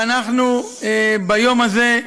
ואנחנו ביום הזה,